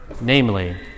Namely